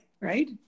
Right